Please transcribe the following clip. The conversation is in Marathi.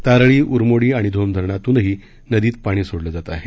तारळी उरमोडी आणि धोम धरणातूनही नदीत पाणी सोडलं जात आहे